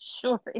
sure